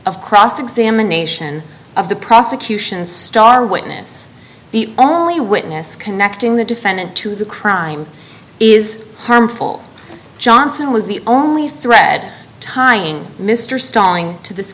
of cross examination of the prosecution's star witness the only witness connecting the defendant to the crime is harmful johnson was the only thread tying mr